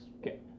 Okay